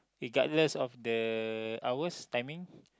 regardless of the hours timing